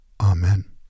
Amen